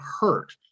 hurt